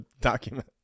document